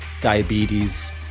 diabetes